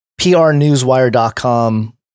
PRNewsWire.com